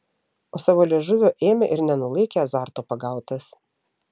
o savo liežuvio ėmė ir nenulaikė azarto pagautas